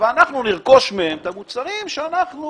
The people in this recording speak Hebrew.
ואנחנו נרכוש מהם את המוצרים שאנחנו